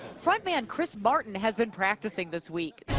frontman and chris martin has been practicing this week.